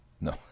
No